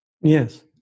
Yes